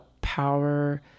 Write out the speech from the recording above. power